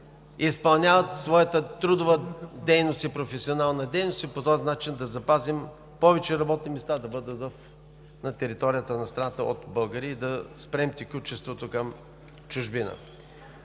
да изпълняват своята трудова и професионална дейност? По този начин ще запазим повече работни места на територията на страната за българи и ще спрем текучеството към чужбина.